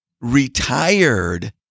retired